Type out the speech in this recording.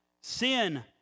Sin